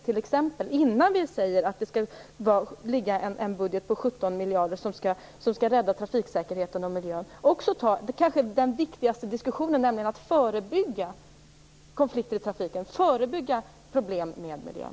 Innan vi säger att det skall finnas en budget på 17 miljarder som skall rädda trafiksäkerheten och miljön hade jag gärna sett att vi tagit upp den kanske viktigaste diskussionen, nämligen att förebygga konflikter i trafiken, förebygga problem med miljön.